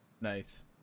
Nice